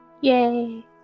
Yay